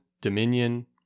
Dominion